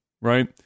right